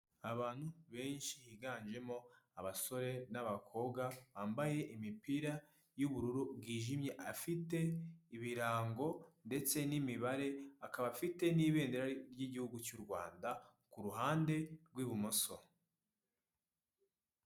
Abantu benshi biganjemo abasore n'abakobwa bambaye imipira y'ubururu bwijimye afite ibirango ndetse n'imibare akaba afite n'ibendera ry'igihugu cy'u Rwanda ku ruhande rw'ibumoso.